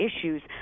issues